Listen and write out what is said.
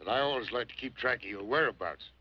but i always like to keep track of your whereabouts